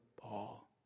Paul